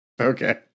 Okay